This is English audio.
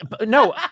No